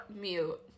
mute